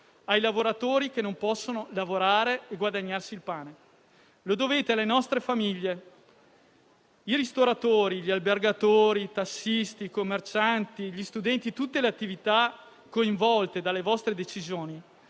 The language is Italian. ai lavoratori che non possono lavorare e guadagnarsi il pane; lo dovete alle nostre famiglie. I ristoratori, gli albergatori, i tassisti, i commercianti e gli studenti (tutte le attività coinvolte dalle vostre decisioni)